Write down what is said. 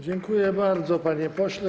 Dziękuję bardzo, panie pośle.